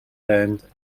rent